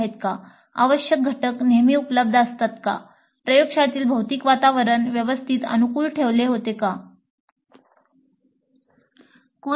" "आवश्यक घटक नेहमी उपलब्ध असतात का" "प्रयोगशाळेतील भौतिक वातावरण व्यवस्थित अनुकूल ठेवले होते का"